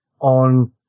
on